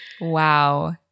Wow